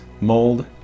mold